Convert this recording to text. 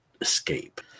escape